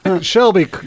Shelby